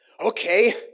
Okay